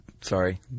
Sorry